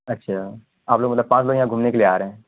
اچھا آپ لوگ مطلب پانچ لوگ یہاں گھومنے کے لیے آ رہے ہیں